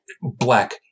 Black